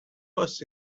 was